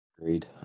Agreed